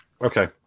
Okay